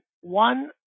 one